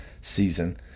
season